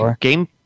game